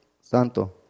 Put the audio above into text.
Santo